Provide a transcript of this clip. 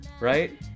right